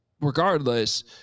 Regardless